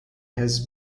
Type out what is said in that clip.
has